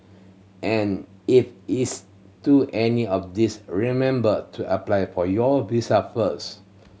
and if it's to any of these remember to apply for your visa first